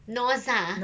norza